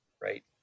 right